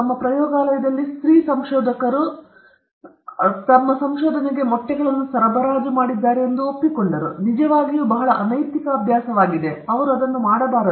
ತಮ್ಮ ಪ್ರಯೋಗಾಲಯದಲ್ಲಿ ಸ್ತ್ರೀ ಸಂಶೋಧಕರು ತಮ್ಮ ಸಂಶೋಧನೆಗೆ ಮೊಟ್ಟೆಗಳನ್ನು ಸರಬರಾಜು ಮಾಡಿದ್ದಾರೆ ಎಂದು ಒಪ್ಪಿಕೊಂಡರು ಅದು ನಿಜವಾಗಿಯೂ ಬಹಳ ಮುಖ್ಯವಾದ ಅನೈತಿಕ ಅಭ್ಯಾಸವಾಗಿದೆ ಅವನು ಅದನ್ನು ಮಾಡಬಾರದು